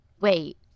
wait